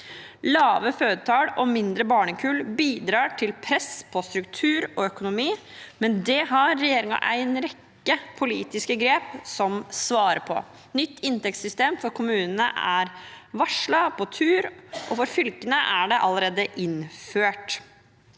Lave fødselstall og mindre barnekull bidrar til press på struktur og økonomi, men regjeringen har en rekke politiske grep som svarer på det: Nytt inntektssystem for kommunene er varslet og er på tur, og for fylkene er det allerede innført.